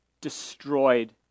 destroyed